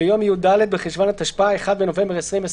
ביום י"ד בחשוון התשפ"א (1 בנובמבר 2020),